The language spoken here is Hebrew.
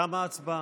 תמה ההצבעה?